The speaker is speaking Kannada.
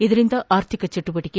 ಇದರಿಂದ ಆರ್ಥಿಕ ಚಟುವಟಕೆ